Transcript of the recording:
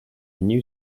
new